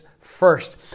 first